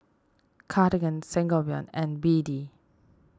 Cartigain Sangobion and B D